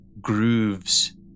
grooves